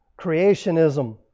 Creationism